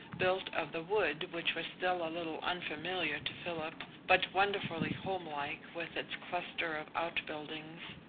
built of the wood which was still a little unfamiliar to philip, but wonderfully homelike with its cluster of outbuildings,